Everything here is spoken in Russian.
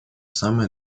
самое